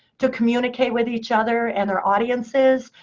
to communicate with each other, and their audiences,